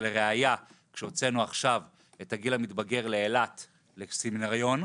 ולראיה כשהוצאנו עכשיו את הגיל המתבגר לאילת לסמינריון,